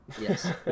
Yes